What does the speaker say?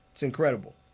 it's incredible